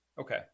Okay